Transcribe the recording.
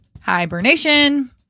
Hibernation